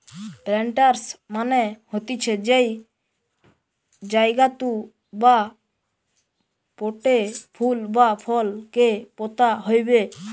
planters মানে হতিছে যেই জায়গাতু বা পোটে ফুল বা ফল কে পোতা হইবে